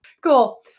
Cool